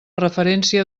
referència